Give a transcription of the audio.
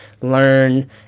learn